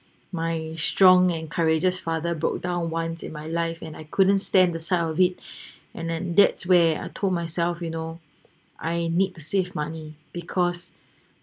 my strong and courageous father broke down once in my life and I couldn't stand the sight of it and and that's where I told myself you know I need to save money because